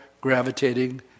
gravitating